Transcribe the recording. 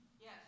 yes